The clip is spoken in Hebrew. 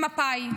למפא"י.